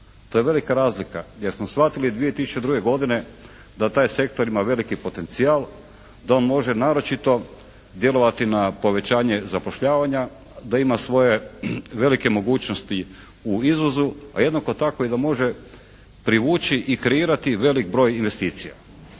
To je velika razlika jer smo shvatili 2002. godine da taj sektor ima veliki potencijal, da on može naročito djelovati na povećanje zapošljavanja, da ima svoje velike mogućnosti u izvozu, a jednako tako i da može privući i kreirati velik broj investicija